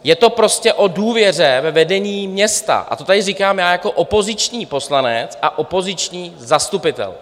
Je to prostě o důvěře ve vedení města, a to tady říkám já jako opoziční poslanec a opoziční zastupitel.